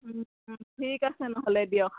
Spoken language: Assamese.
ঠিক আছে নহ'লে দিয়ক